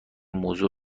موضوع